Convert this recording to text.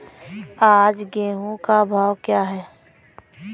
आज गेहूँ का भाव क्या है?